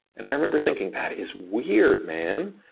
and i remember thinking that is weird man.